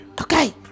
Okay